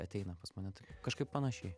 ateina pas mane kažkaip panašiai